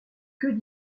que